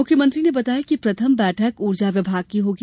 मुख्यमंत्री ने बताया कि प्रथम बैठक ऊर्जा विभाग की होगी